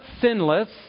sinless